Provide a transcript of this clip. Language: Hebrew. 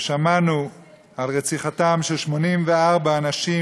ושמענו על רציחתם של 84 אנשים,